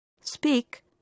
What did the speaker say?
Speak